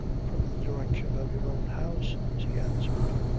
from the direction of your own house, she answered.